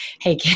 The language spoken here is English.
hey